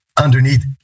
underneath